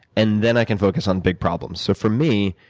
and then i can focus on big problems. so for me,